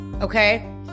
okay